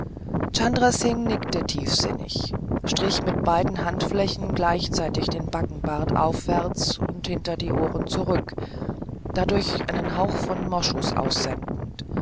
singh nickte tiefsinnig strich mit beiden handflächen gleichzeitig den backenbart aufwärts und hinter die ohren zurück dadurch einen hauch von moschus aussendend